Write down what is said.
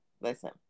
listen